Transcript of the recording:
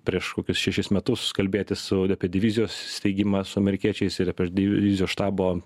prieš kokius šešis metus kalbėtis apie divizijos steigimą su amerikiečiais yra per divizijos štabo